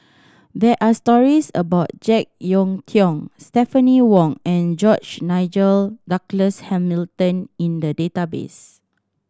there are stories about Jek Yeun Thong Stephanie Wong and George Nigel Douglas Hamilton in the database